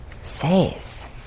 says